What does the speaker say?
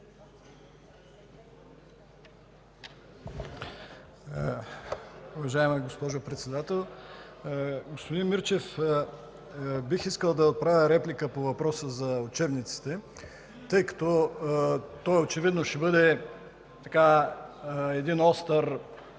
Уважаема госпожо Председател! Господин Мирчев, бих искал да отправя реплика по въпроса за учебниците, тъй като очевидно той ще бъде остър